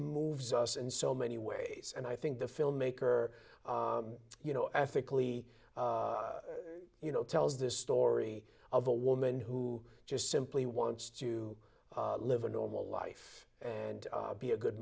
moves us in so many ways and i think the filmmaker you know ethically you know tells this story of a woman who just simply wants to live a normal life and be a good